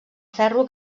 ferro